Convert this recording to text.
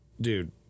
dude